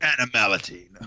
Animality